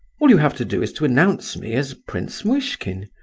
all you have to do is to announce me as prince muishkin,